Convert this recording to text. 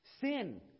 sin